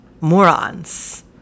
morons